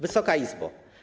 Wysoka Izbo!